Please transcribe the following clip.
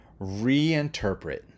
reinterpret